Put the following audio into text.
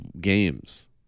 games